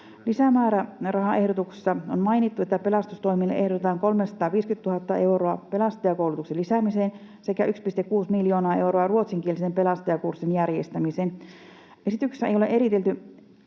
Lisämäärärahaehdotuksessa on mainittu, että pelastustoimelle ehdotetaan 350 000 euroa pelastajakoulutuksen lisäämiseen sekä 1,6 miljoonaa euroa ruotsinkielisen pelastajakurssin järjestämiseen. Esityksessä ei ole eritelty